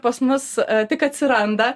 pas mus tik atsiranda